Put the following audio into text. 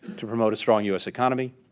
to promote a strong u s. economy,